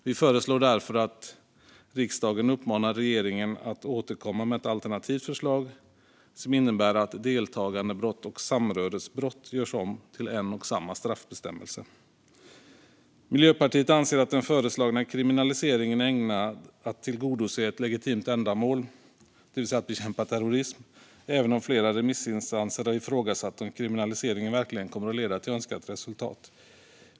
Vi föreslår därför att riksdagen uppmanar regeringen att återkomma med ett alternativt förslag som innebär att deltagandebrott och samröresbrott görs om till en och samma straffbestämmelse. Miljöpartiet anser att den föreslagna kriminaliseringen är ägnad att tillgodose ett legitimt ändamål, det vill säga att bekämpa terrorism, även om flera remissinstanser har ifrågasatt om kriminaliseringen verkligen kommer att leda till önskat resultat.